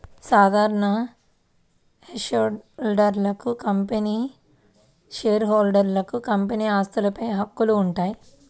సాధారణ షేర్హోల్డర్లకు కంపెనీ ఆస్తులపై హక్కులు ఉంటాయి